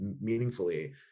meaningfully